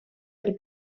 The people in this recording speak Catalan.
del